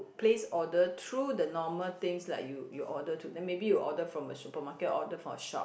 place order through the normal things like you you order through like maybe you order from a supermarket or order from shop